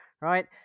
right